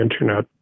Internet